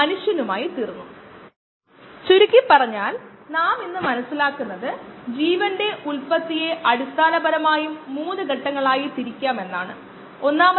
അല്ലെങ്കിൽ ഫോർമാലിൻ നീരാവി ഫോർമാലിൻ ലായനിയിൽ നിന്നുള്ള ഫോർമാൽഡിഹൈഡ് നീരാവി ഒരു ലാബ് പോലുള്ള സ്ഥലത്ത് ജീവികളെ നശിപ്പിക്കാൻ ഉപയോഗിക്കുന്നു